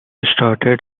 starred